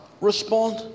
respond